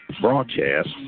Broadcast